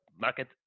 market